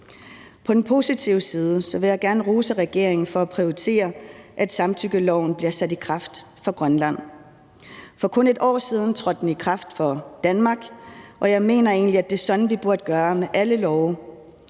På den positive side vil jeg gerne rose regeringen for at prioritere, at samtykkeloven bliver sat i kraft for Grønland. For kun et år siden trådte den i kraft for Danmark, og jeg mener egentlig, at det er sådan, vi burde gøre med alle love.